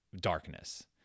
darkness